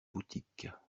boutiques